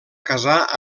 casar